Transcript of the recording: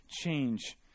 change